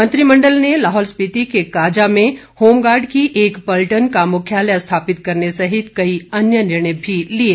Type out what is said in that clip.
मंत्रिमण्डल ने लाहौल स्पिति के काजा में होमगार्ड की एक पलटन का मुख्यालय स्थापित करने सहित कई अन्य निर्णय भी लिये